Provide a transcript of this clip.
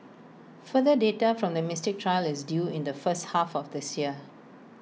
further data from the Mystic trial is due in the first half of this year